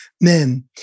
men